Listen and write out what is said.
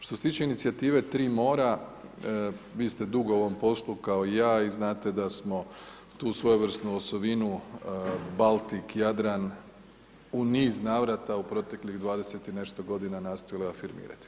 Što se tiče inicijative tri mora, vi ste dugo u ovom poslu kao i ja i znate da smo tu svojevrsnu osovinu Baltik – Jadran u niz navrata u proteklih 20 i nešto godina nastojali afirmirati.